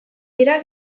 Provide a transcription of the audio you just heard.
dira